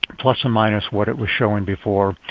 plus or minus what it was showing before.